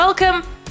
Welcome